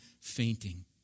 fainting